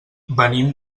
venim